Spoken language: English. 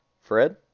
fred